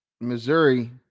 Missouri